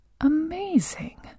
amazing